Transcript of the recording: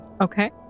Okay